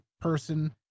person